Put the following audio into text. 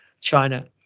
China